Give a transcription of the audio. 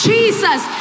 Jesus